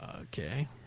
okay